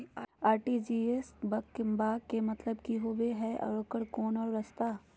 RTGS बा के मतलब कि होबे हय आ एकर कोनो और रस्ता?